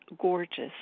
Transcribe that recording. gorgeous